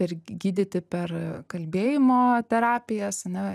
per gydyti per kalbėjimo terapijas a ne